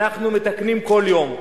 אנחנו מתקנים כל יום.